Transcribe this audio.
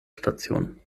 stationen